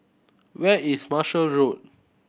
where is Marshall Road